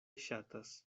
ŝatas